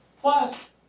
Plus